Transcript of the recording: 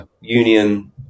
Union